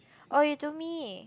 oh you told me